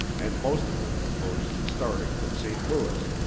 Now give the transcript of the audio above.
and most of them proposed starting from st. louis,